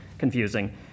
Confusing